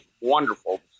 wonderful